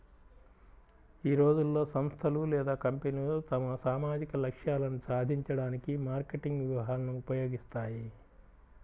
ఈ రోజుల్లో, సంస్థలు లేదా కంపెనీలు తమ సామాజిక లక్ష్యాలను సాధించడానికి మార్కెటింగ్ వ్యూహాలను ఉపయోగిస్తాయి